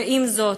ועם זאת,